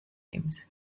games